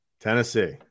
Tennessee